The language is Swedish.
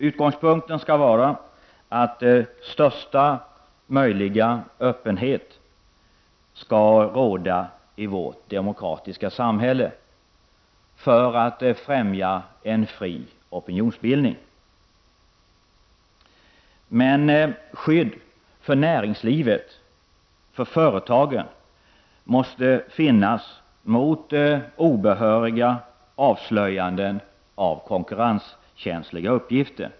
Utgångspunkt skall vara att största möjliga öppenhet skall råda i vårt demokratiska samhälle för att främja en fri opinionsbildning. Men näringslivet och företagen måste hå skydd mot obehöriga avslöjanden av konkurrenskänsliga uppgifter.